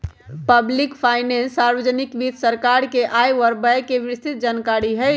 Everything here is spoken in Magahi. पब्लिक फाइनेंस सार्वजनिक वित्त सरकार के आय व व्यय के विस्तृतजानकारी हई